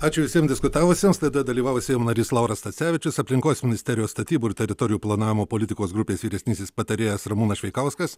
ačiū visiems diskutavusiems laidoje dalyvavo seimo narys lauras stacevičius aplinkos ministerijos statybų ir teritorijų planavimo politikos grupės vyresnysis patarėjas ramūnas šveikauskas